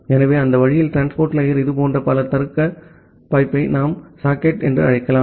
ஆகவே அந்த வழியில் டிரான்ஸ்போர்ட் லேயர் இதுபோன்ற பல தருக்க பைப்பை நாம் சாக்கெட் என்று அழைக்கலாம்